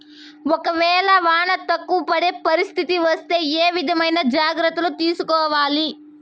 ఒక వేళ వాన తక్కువ పడే పరిస్థితి వస్తే ఏ విధమైన జాగ్రత్తలు తీసుకోవాలి?